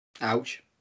Ouch